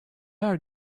are